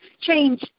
change